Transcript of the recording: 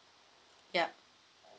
yup